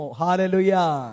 hallelujah